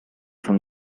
from